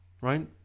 right